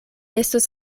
estos